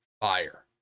fire